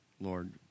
Lord